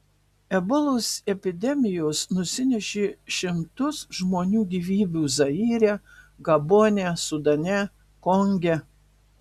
ebolos epidemijos nusinešė šimtus žmonių gyvybių zaire gabone sudane konge